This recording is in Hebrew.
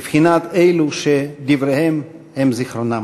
בבחינת אלו שדבריהם הם זיכרונם.